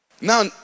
Now